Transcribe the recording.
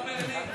אתה אומר לי?